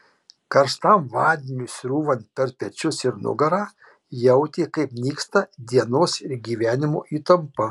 karštam vandeniui srūvant per pečius ir nugarą jautė kaip nyksta dienos ir gyvenimo įtampa